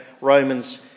Romans